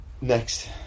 Next